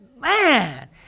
Man